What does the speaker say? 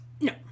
No